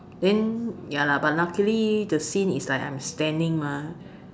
then ya lah but luckily the scene is like I'm standing mah